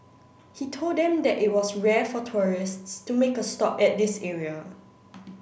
he told them that it was rare for tourists to make a stop at this area